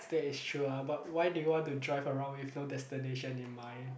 that is true ah but why do you want to drive around with no destination in mind